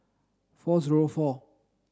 four zero four